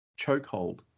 chokehold